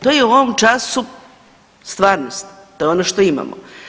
To je u ovom času stvarnost, to je ono što imamo.